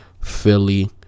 Philly